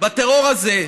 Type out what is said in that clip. בטרור הזה,